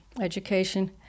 education